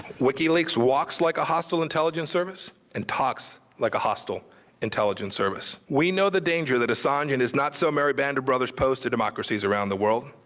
wikileaks walks like a hostile intelligence service and talks like a hostile intelligence service. we know the danger that assange and his not-so-merry band of brothers pose to democracies around the world.